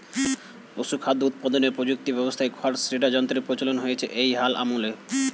পশুখাদ্য উৎপাদনের প্রযুক্তি ব্যবস্থায় খড় শ্রেডার যন্ত্রের প্রচলন হয়েছে এই হাল আমলে